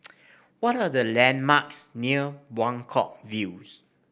what are the landmarks near Buangkok Views